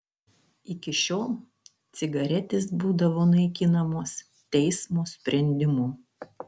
iki šiol cigaretės būdavo naikinamos teismo sprendimu